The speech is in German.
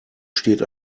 steht